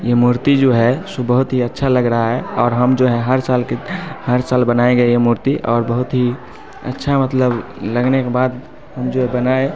ये मूर्ति जो है सो बहुत ही अच्छा लग रहा है और हम जो है हर साल के हर साल बनाएँगे ये मूर्ति और बहुत ही अच्छा मतलब लगने के बाद हम जो बनाएं